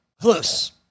close